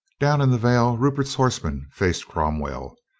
down in the vale rupert's horsemen faced crom well.